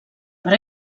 per